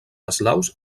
eslaus